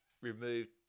removed